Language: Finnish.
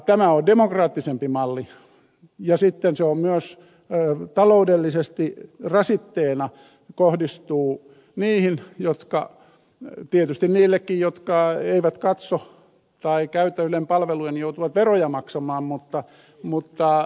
tämä on demokraattisempi malli ja sitten se on myös taloudellisesti rasitteena kohdistuu tietysti niillekin jotka eivät katso tai käytä ylen palveluja niin joutuvat veroja maksamaan mutta